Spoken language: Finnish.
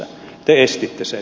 te estitte sen